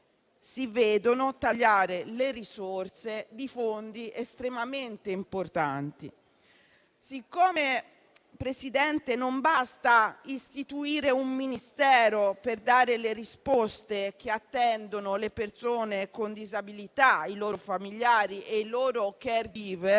Si vedono tagliare le risorse di fondi estremamente importanti. Siccome, Presidente, non basta istituire un Ministero per dare le risposte che attendono le persone con disabilità, i loro familiari e i loro *caregiver*,